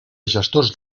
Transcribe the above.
gestors